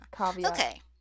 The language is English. Okay